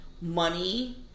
money